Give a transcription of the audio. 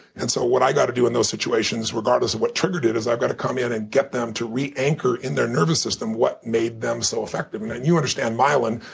and so what i got to do in those situations regardless of what triggered it is i've got to come in and get them to re-anchor in their nervous system what made them so effective. and you understand myelin,